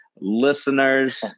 listeners